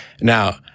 Now